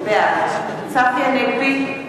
בעד צחי הנגבי,